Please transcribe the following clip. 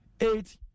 eight